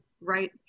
right